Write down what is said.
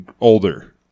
older